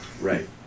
Right